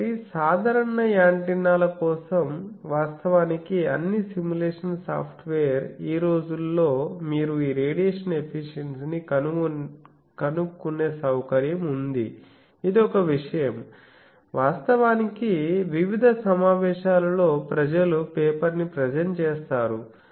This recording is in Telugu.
కాబట్టి సాధారణ యాంటెన్నాల కోసం వాస్తవానికి అన్ని సిమ్యులేషన్ సాఫ్ట్వేర్ ఈ రోజుల్లో మీరు ఈ రేడియేషన్ ఎఫిషియన్సీ ని కనుక్కునే సౌకర్యం ఉంది ఇది ఒక విషయం వాస్తవానికి వివిధ సమావేశాలలో ప్రజలు పేపర్ ని ప్రజెంట్ చేస్తారు